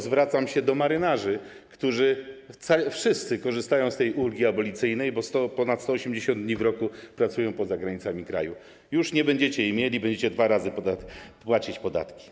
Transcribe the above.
Zwracam się do marynarzy, którzy wszyscy korzystają z ulgi abolicyjnej, bo ponad 180 dni w roku pracują poza granicami kraju: już nie będziecie jej mieli, będziecie dwa razy płacić podatki.